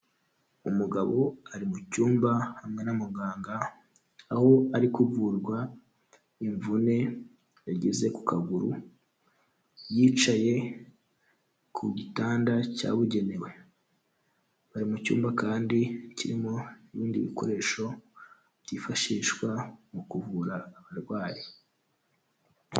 Umugabo ari mu cyumba hamwe na muganga aho ari kuvurwa imvune yagize ku kaguru, yicaye ku gitanda cyabugenewe. Bari mu cyumba kandi kirimo ibindi bikoresho byifashishwa mu kuvura abarwayi.